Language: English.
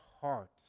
heart